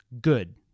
Good